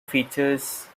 features